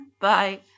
bye